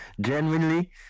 genuinely